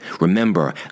Remember